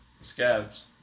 Scabs